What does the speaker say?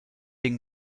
den